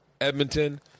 Edmonton